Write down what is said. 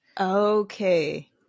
okay